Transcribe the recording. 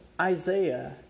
Isaiah